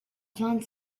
vingt